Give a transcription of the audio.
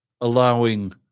allowing